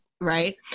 Right